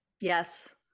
yes